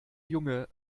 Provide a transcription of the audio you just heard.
junge